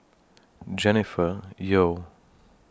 Jennifer Yeo